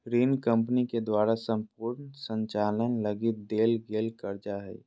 ऋण कम्पनी के द्वारा सम्पूर्ण संचालन लगी देल गेल कर्जा हइ